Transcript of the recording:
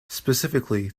specifically